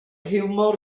hiwmor